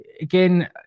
Again